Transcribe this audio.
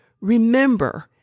remember